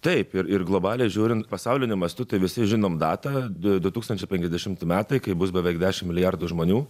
taip ir ir globalią žiūrint pasauliniu mastu tai visi žinom datą du tūkstančiai penkiasdešimti metai kai bus beveik dešimt milijardų žmonių